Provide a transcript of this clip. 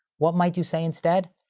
what might you say instead?